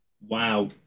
Wow